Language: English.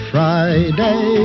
Friday